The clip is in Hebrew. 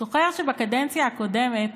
זוכר שבקדנציה הקודמת